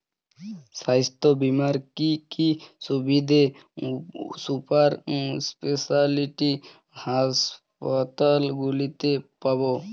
স্বাস্থ্য বীমার কি কি সুবিধে সুপার স্পেশালিটি হাসপাতালগুলিতে পাব?